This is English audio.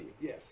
Yes